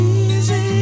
easy